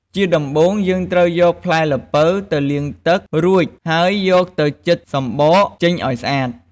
ជាដំបូងយើងត្រូវយកផ្លែល្ពៅទៅលាងទឹក រួចហើយយកទៅចិតចំបកចេញឱ្យស្អាត។